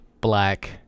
Black